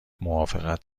موافقت